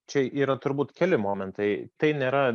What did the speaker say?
čia yra turbūt keli momentai tai nėra